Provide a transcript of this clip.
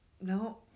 No